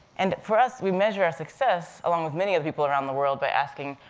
and for us, we measure our success, along with many other people around the world, by asking,